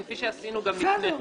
כפי שעשינו גם לפני כן,